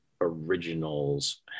originals